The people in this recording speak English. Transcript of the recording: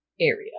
area